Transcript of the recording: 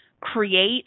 create